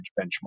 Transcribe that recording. benchmark